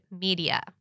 Media